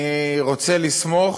אני רוצה לסמוך,